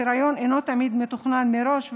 היריון אינו תמיד מתוכנן מראש,